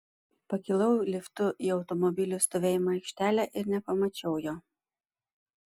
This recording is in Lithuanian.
pakilau liftu į automobilių stovėjimo aikštelę ir nepamačiau jo